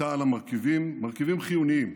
הייתה על המרכיבים, מרכיבים חיוניים